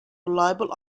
reliable